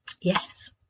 Yes